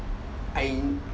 I